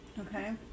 Okay